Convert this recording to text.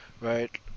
Right